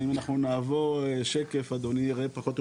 אנחנו נעבור שקף ואדוני יראה פחות או